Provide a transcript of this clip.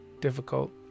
difficult